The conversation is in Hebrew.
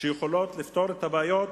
שיכולות לפתור את הבעיות